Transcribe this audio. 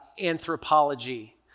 anthropology